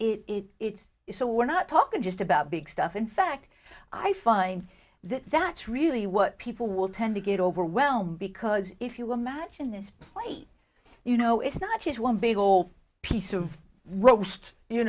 really it is a we're not talking just about big stuff in fact i find that that's really what people will tend to get overwhelmed because if you imagine this play you know it's not just one big old piece of roast you